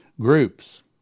Groups